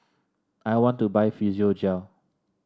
I want to buy Physiogel